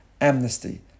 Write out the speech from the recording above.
amnesty